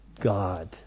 God